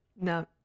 No